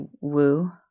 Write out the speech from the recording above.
woo